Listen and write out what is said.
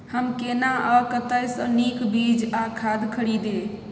हम केना आ कतय स नीक बीज आ खाद खरीदे?